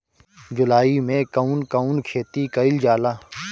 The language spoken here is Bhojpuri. जुलाई मे कउन कउन खेती कईल जाला?